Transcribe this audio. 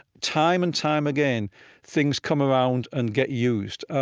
time and time again things come around and get used.